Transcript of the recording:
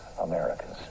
Americans